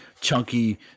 chunky